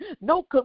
No